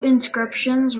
inscriptions